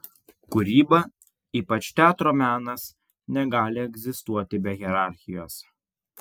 kūryba ypač teatro menas negali egzistuoti be hierarchijos